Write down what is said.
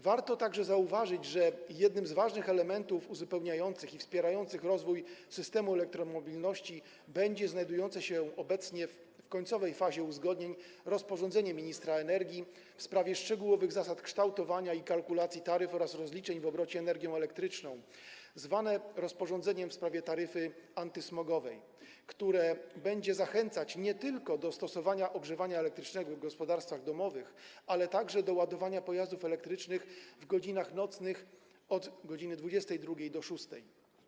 Warto także zauważyć, że jednym z ważnych elementów uzupełniających i wspierających rozwój systemu elektromobilności będzie znajdujące się obecnie w końcowej fazie uzgodnień rozporządzenie ministra energii w sprawie szczegółowych zasad kształtowania i kalkulacji taryf oraz rozliczeń w obrocie energią elektryczną, zwane rozporządzeniem w sprawie taryfy antysmogowej, które będzie zachęcać nie tylko do stosowania ogrzewania elektrycznego w gospodarstwach domowych, ale także do ładowania pojazdów elektrycznych w godzinach nocnych, tj. od godz. 22 do godz. 6.